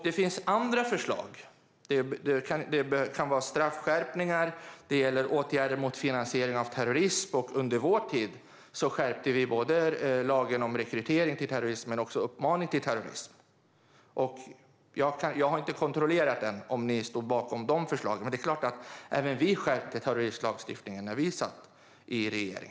Det finns andra förslag, till exempel straffskärpningar och åtgärder mot finansiering av terrorism. Under vår tid skärpte vi både lagen om rekrytering till terrorism och lagen om uppmaning till terrorism. Jag har inte kontrollerat om ni stod bakom de förslagen, men det är klart att även vi skärpte terroristlagstiftningen när vi satt i regering.